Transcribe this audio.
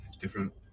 different